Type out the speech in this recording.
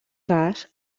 cas